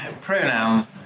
Pronouns